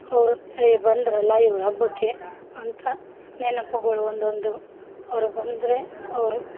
ಅವ್ರು ಎ ಬಂದರಲ್ಲ ಇವ್ರ ಹಬ್ಬಕ್ಕೆ ಅಂತ ನೆನಪುಗಳು ಒಂದೊಂದು ಅವ್ರು ಬಂದರೆ ಅವರು